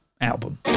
album